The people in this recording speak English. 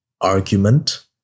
argument